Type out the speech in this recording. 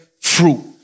fruit